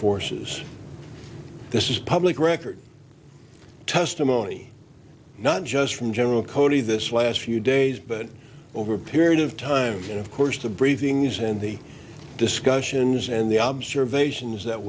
forces this is public record testimony not just from general cody this last few days but over a period of time and of course the briefings and the discussions and the observations that